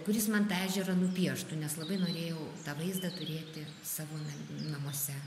kuris man tą ežerą nupieštų nes labai norėjau tą vaizdą turėti savo namuose